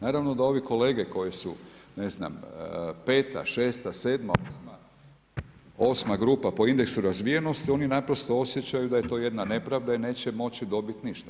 Naravno da ovi kolege koji su, ne znam, 5. 6., 7.,8. grupa po indeksu razvijenosti oni naprosto osjećaju da je to jedna nepravda i neće moći dobiti ništa.